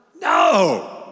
no